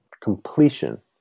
completion